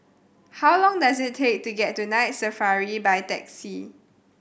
how long does it take to get to Night Safari by taxi